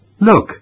Look